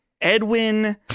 Edwin